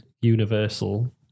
Universal